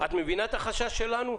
את מבינה את החשש שלנו?